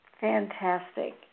Fantastic